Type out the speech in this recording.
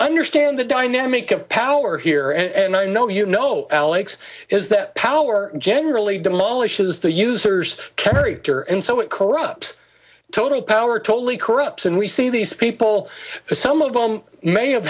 understand the dynamic of power here and i know you know alex is that power generally demolishes the users carry her and so it corrupts total power totally corrupt and we see these people some of them may have